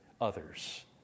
others